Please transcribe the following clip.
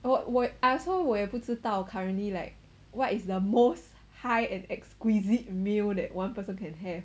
我我 I also 我也不知道 currently like what is the most high and exquisite meal that one person can have